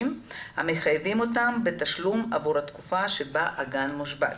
המחייבים אותם בתשלום עבור התקופה שבה הגן מושבת.